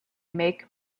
make